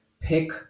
pick